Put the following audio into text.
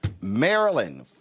Maryland